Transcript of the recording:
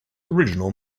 original